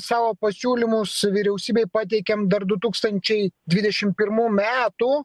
savo pasiūlymus vyriausybei pateikėme dar du tūkstančiai dvidešimt pirmų metų